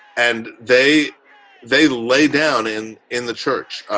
and they they lay down and in the church,